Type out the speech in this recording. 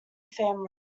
family